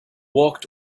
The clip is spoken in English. walked